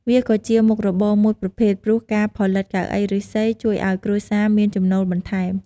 វាក៏ជាមុខរបរមួយប្រភេទ ព្រោះការផលិតកៅអីឫស្សីជួយឲ្យគ្រួសារមានចំណូលបន្ថែម។